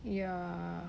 ya